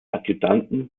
adjutanten